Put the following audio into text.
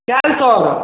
काल्हि सऽ